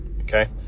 Okay